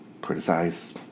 criticize